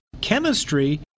chemistry